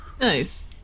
nice